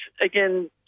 again